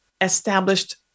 established